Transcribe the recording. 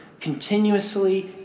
continuously